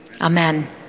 Amen